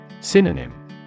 Synonym